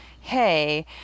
hey